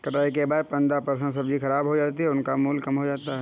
कटाई के बाद पंद्रह परसेंट सब्जी खराब हो जाती है और उनका मूल्य कम हो जाता है